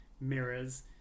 mirrors